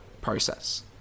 process